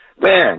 man